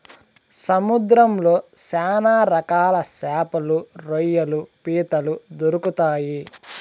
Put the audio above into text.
సముద్రంలో శ్యాన రకాల శాపలు, రొయ్యలు, పీతలు దొరుకుతాయి